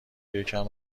یکم